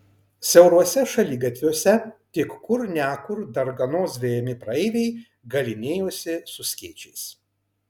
siauruose šaligatviuose tik kur ne kur darganos vejami praeiviai galynėjosi su skėčiais